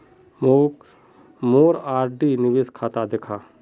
मोक मोर आर.डी निवेश खाता दखा